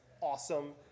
awesome